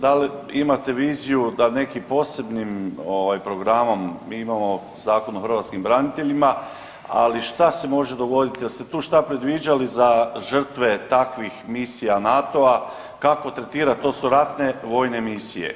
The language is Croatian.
Da li imate viziju da nekim posebnim ovaj programom mi imamo Zakon o hrvatskim braniteljima, ali šta se može dogoditi, jeste tu šta predviđali za žrtve takvih misija NATO-a, kako tretirati to su ratne vojne misije.